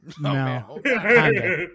No